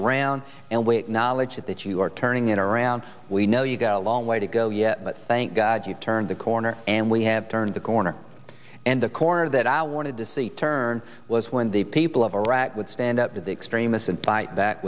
around and wait knowledge that you are turning it around we know you go a long way to go yet but thank god you've turned the corner and we have turned the corner and the corner that i wanted to see turn was when the people of iraq would stand up to the extrem